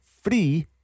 free